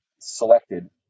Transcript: selected